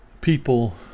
people